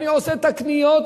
אני עושה את הקניות,